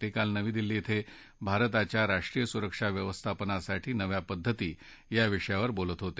ते काल नवी दिल्ली अं भारताच्या राष्ट्रीय सुरक्षा व्यवस्थापनासाठी नव्या पध्दती या विषयावर बोलत होते